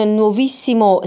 nuovissimo